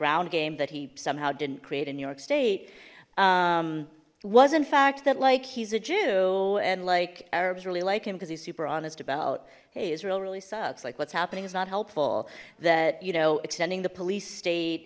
ground game that he somehow didn't create in new york state was in fact that like he's a jew and like arabs really like him because he's super honest about hey israel really sucks like what's happening is not helpful that you know extending the police state